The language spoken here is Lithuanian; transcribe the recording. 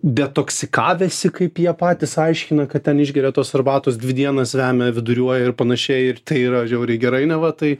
detoksikavęsi kaip jie patys aiškina kad ten išgeria tos arbatos dvi dienas vemia viduriuoja ir panašiai ir tai yra žiauriai gerai neva tai